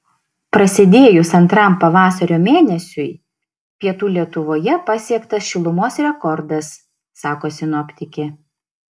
prasidėjus antram pavasario mėnesiui pietų lietuvoje pasiektas šilumos rekordas sako sinoptikė